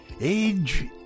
Age